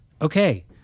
Okay